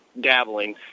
dabbling